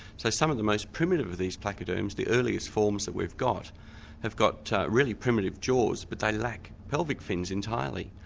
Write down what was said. so some of the most primitive of these placoderms, the earliest forms that we've got have got really primitive jaws but they lack pelvic fins entirely.